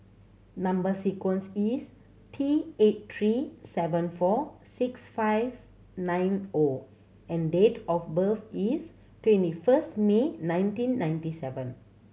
number sequence is T eight three seven four six five nine O and date of birth is twenty first May nineteen ninety seven